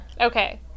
Okay